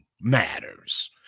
matters